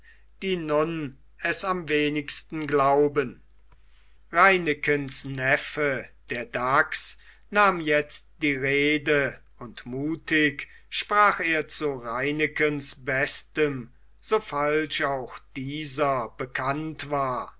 die nun es am wenigsten glauben reinekens neffe der dachs nahm jetzt die rede und mutig sprach er zu reinekens bestem so falsch auch dieser bekannt war